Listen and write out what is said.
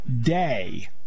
day